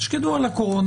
תשקדו על התקנות,